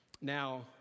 Now